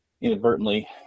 inadvertently